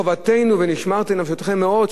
חובתנו: ונשמרתם לנפשותיכם מאוד,